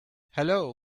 hello